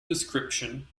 description